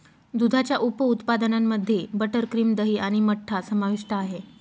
दुधाच्या उप उत्पादनांमध्ये मध्ये बटर, क्रीम, दही आणि मठ्ठा समाविष्ट आहे